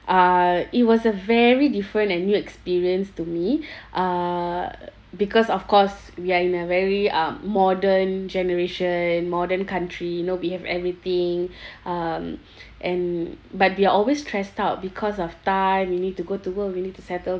uh it was a very different and new experience to me uh because of course we are in a very um modern generation modern country you know we have everything um and but we're always stressed out because of time we need to go to work we need to settle